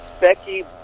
Becky